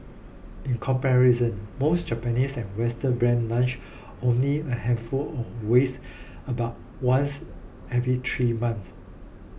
in comparison most Japanese and Western brands launch only a handful of wares about once every three months